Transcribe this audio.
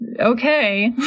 okay